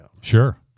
Sure